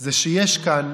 זה שיש כאן